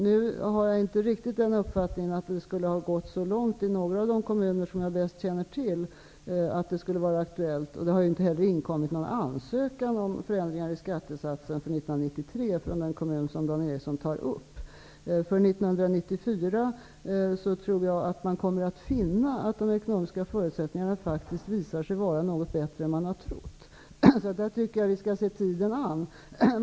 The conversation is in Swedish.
Jag har inte den uppfattningen att det skulle ha gått så långt i några av de kommuner som jag känner bäst till, där det kan vara aktuellt. Det har inte heller inkommit någon ansökan om förändringar i skattesatsen för 1993 från den kommun som Dan Ericsson tar upp. Jag tror att man kommer att finna att de ekonomiska förutsättningarna för 1994 visar sig vara något bättre än man trott. Jag tycker att vi skall se tiden an.